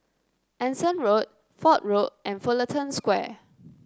Anson Road Fort Road and Fullerton Square